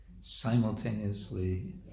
simultaneously